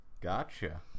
Gotcha